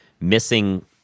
missing